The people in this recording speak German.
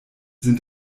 sind